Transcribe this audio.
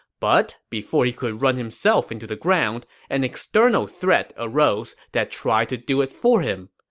but before he could run himself into the ground, an external threat arose that tried to do it for him.